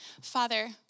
Father